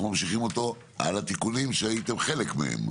ממשיכים אותו על התיקונים שהייתם חלק מהם.